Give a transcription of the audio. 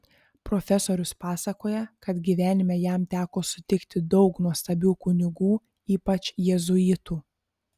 profesorius pasakoja kad gyvenime jam teko sutikti daug nuostabių kunigų ypač jėzuitų